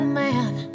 man